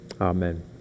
amen